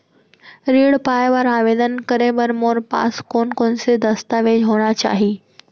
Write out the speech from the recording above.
ऋण पाय बर आवेदन करे बर मोर पास कोन कोन से दस्तावेज होना चाही?